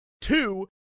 two